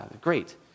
Great